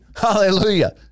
Hallelujah